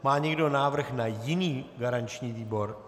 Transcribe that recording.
Má někdo návrh na jiný garanční výbor?